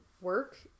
work